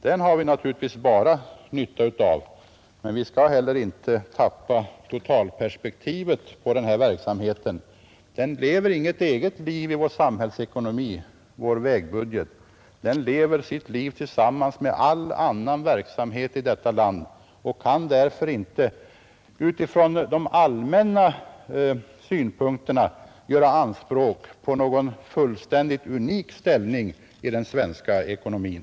Den har vi naturligtvis bara nytta av. Men vi skall heller inte tappa bort totalperspektivet för den här verksamheten. Vår vägbudget lever inte något eget liv i vår samhällsekonomi: den lever sitt liv tillsammans med all annan verksamhet i detta land och kan därför inte sett från allmänna synpunkter göra anspråk på någon fullständigt unik ställning i den svenska ekonomin.